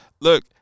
look